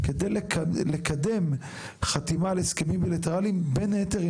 כדי לקדם חתימה על הסכמים בילטרליים בין היתר,